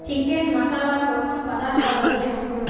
chicken masala కోసం పదార్థాలను వెతుకు